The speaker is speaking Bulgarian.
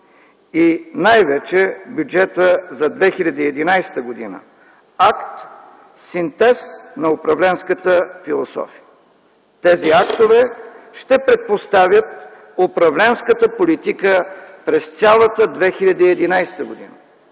и най-вече Бюджетът за 2011г., акт – синтез на управленската философия. Тези актове ще предпоставят управленската политика през цялата 2011 г.